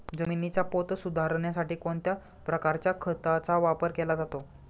जमिनीचा पोत सुधारण्यासाठी कोणत्या प्रकारच्या खताचा वापर केला जातो?